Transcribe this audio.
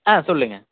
ஆ சொல்லுங்கள்